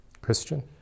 Christian